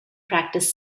practice